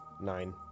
Nine